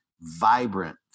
Vibrant